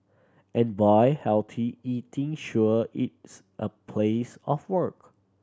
and boy healthy eating sure it's a place of work